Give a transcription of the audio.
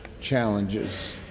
challenges